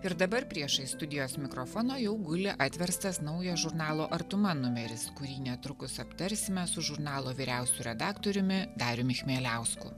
ir dabar priešais studijos mikrofoną jau guli atverstas naujas žurnalo artuma numeris kurį netrukus aptarsime su žurnalo vyriausiuoju redaktoriumi dariumi chmieliausku